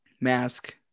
mask